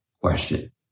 question